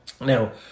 Now